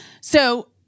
So-